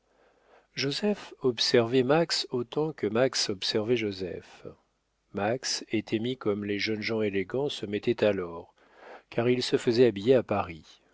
joseph observait max autant que max observait joseph max était mis comme les jeunes gens élégants se mettaient alors car il se faisait habiller à paris